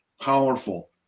powerful